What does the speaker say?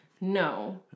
No